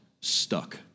stuck